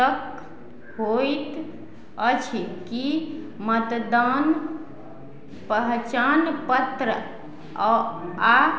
ता होइत अछि की मतदान पहचान पत्र अऽ आओर